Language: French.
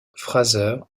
fraser